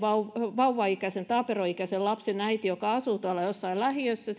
vauvaikäisen tai taaperoikäisen lapsen äiti joka asuu tuolla jossain lähiössä